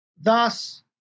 Thus